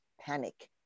panic